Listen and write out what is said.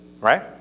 right